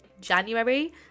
January